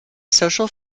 social